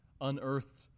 unearthed